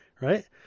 right